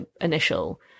initial